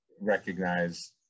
recognize